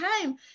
time